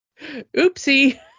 oopsie